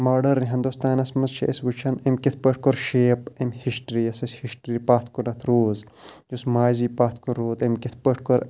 modern ہِندوستانَس منٛز چھِ أسۍ وٕچھان أمۍ کِتھ پٲٹھۍ کوٚر شیپ امہِ ہِسٹری یۄس اَسہِ ہِسٹری پَتھ کُنَتھ روٗز یُس مازی پَتھ کُن روٗد أمۍ کِتھ پٲٹھۍ کوٚر